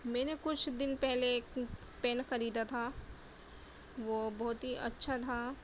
میں نے کچھ دن پہلے ایک پین خریدا تھا وہ بہت ہی اچھا تھا